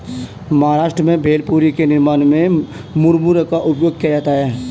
महाराष्ट्र में भेलपुरी के निर्माण में मुरमुरे का उपयोग किया जाता है